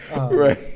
Right